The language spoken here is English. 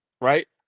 Right